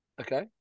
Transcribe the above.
Okay